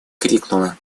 крикнула